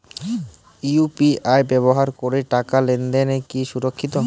UPI ব্যবহার করে টাকা লেনদেন কি সুরক্ষিত?